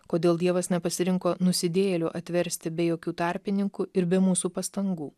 kodėl dievas nepasirinko nusidėjėlių atversti be jokių tarpininkų ir be mūsų pastangų